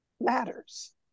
matters